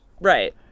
Right